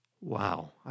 Wow